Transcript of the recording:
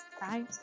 Bye